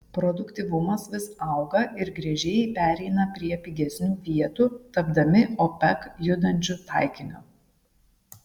produktyvumas vis auga ir gręžėjai pereina prie pigesnių vietų tapdami opec judančiu taikiniu